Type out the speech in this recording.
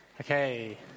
Okay